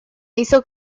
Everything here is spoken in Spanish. hizo